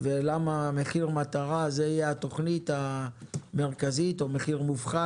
ולמה התוכנית המרכזית תהיה מחיר מטרה.